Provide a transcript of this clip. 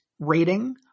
rating